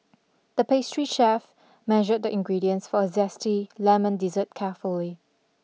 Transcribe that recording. the pastry chef measured the ingredients for a zesty lemon dessert carefully